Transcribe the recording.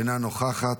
אינה נוכחת,